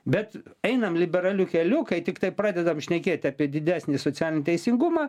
bet einam liberaliu keliu kai tiktai pradedam šnekėti apie didesnį socialinį teisingumą